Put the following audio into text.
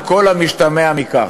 על כל המשתמע מכך,